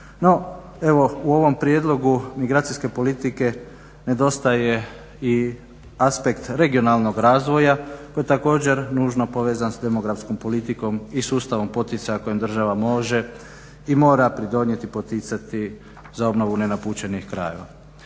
u ovom prijedlogu migracijske politike nedostaje i aspekt regionalnog razvoja koji je također nužno povezan s demografskom politikom i sustavom poticaja kojim država može i mora pridonijeti, poticati za obnovu nenapučenih krajeva.